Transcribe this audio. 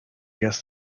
guess